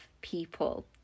people